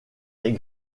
est